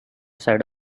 side